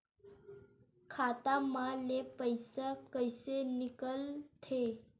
खाता मा ले पईसा कइसे निकल थे?